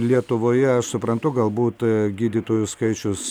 lietuvoje aš suprantu galbūt gydytojų skaičius